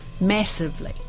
massively